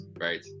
right